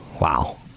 wow